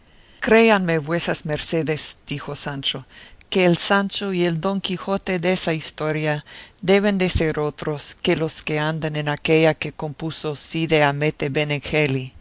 presente créanme vuesas mercedes dijo sancho que el sancho y el don quijote desa historia deben de ser otros que los que andan en aquella que compuso cide hamete benengeli que